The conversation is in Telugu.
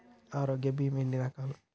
ఆరోగ్య బీమా ఎన్ని రకాలు?